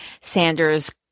Sanders